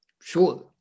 Sure